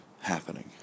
happening